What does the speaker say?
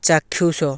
ଚାକ୍ଷୁଷ